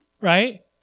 Right